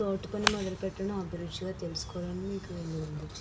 తోటపని మొదలు పెట్టటం అభిరుచిగా తెలుసుకోవాలని మీకు ఎందుకు అనిపించింది